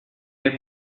hebt